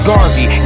Garvey